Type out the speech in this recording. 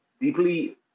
deeply